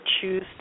choose